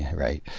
right?